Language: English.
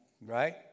right